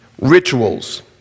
Rituals